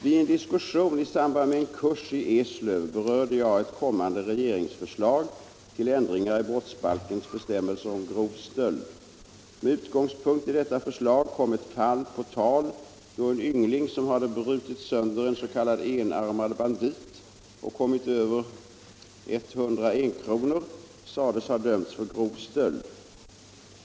Vid en diskussion i samband med en kurs i Eslöv berörde jag ett kommande regeringsförslag till ändringar i brottsbalkens bestämmelser om grov stöld. Med utgångspunkt i detta förslag kom ett fall på tal då en yngling som hade brutit sönder en s.k. enarmad bandit och kommit över 100 enkronor sades ha dömts för grov stöld.